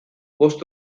bost